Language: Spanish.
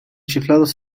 chiflados